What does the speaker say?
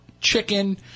chicken